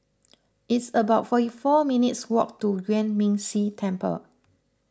it's about forty four minutes' walk to Yuan Ming Si Temple